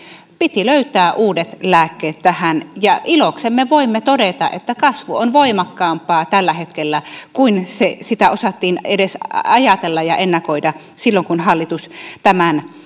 piti löytää uudet lääkkeet tähän ja iloksemme voimme todeta että kasvu on voimakkaampaa tällä hetkellä kuin osattiin edes ajatella ja ennakoida silloin kun hallitus tämän